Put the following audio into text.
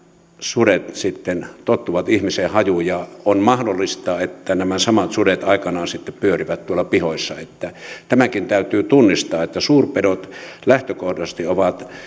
sudet sitten tottuvat ihmisen hajuun ja on mahdollista että nämä samat sudet aikanaan sitten pyörivät tuolla pihoissa tämäkin täytyy tunnistaa että suurpedot lähtökohtaisesti ovat